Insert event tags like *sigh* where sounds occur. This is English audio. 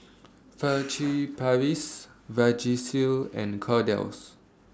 *unintelligible* Paris Vagisil and Kordel's